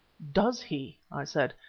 does he? i said.